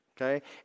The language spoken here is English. Okay